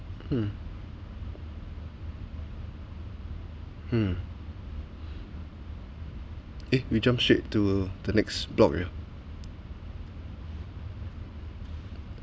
mm mm if we jump ship to the next block